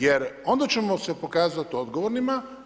Jer onda ćemo se pokazati odgovornima.